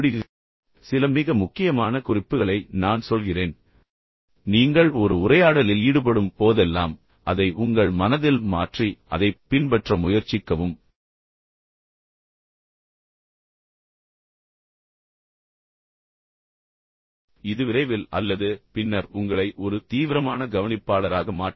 நீங்கள் மனதில் வைத்திருக்க முடிந்தால் சில மிக முக்கியமான குறிப்புகளை நான் சொல்கிறேன் பின்னர் நீங்கள் ஒரு உரையாடலில் ஈடுபடும் போதெல்லாம் அதை உங்கள் மனதில் மாற்றி அதைப் பின்பற்ற முயற்சிக்கவும் இது விரைவில் அல்லது பின்னர் உங்களை ஒரு சுறுசுறுப்பான கவனிப்பாளராக மாற்றும்